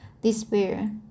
despair